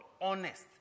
honest